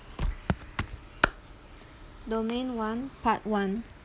domain one part one